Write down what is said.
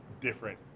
different